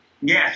Yes